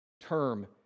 term